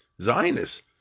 Zionists